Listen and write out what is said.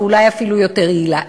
ואולי אפילו יותר יעילה.